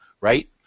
right